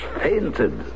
fainted